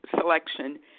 selection